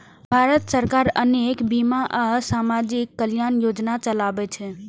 भारत सरकार अनेक बीमा आ सामाजिक कल्याण योजना चलाबै छै